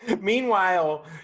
meanwhile